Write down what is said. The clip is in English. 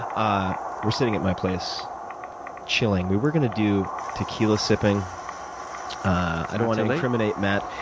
ah we're sitting at my place chilling. we were going to do tequila sipping i don't want to incriminate matt,